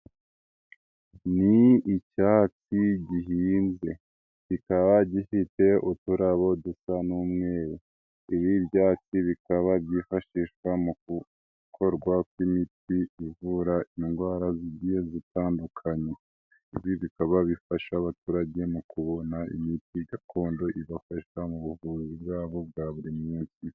Ni icyatsi gihinze kikaba gifite uturabo dusa n'umweru, ibi byatsi bikaba byifashishwa mu gukorwa kw'imiti ivura indwara zigiye zitandukanye, ibi bikaba bifasha abaturage mu kubona imiti gakondo ibafasha mu buvuzi bwabo bwa buri munsi.